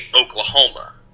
Oklahoma